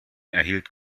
erhielt